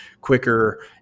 quicker